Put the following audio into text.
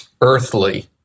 earthly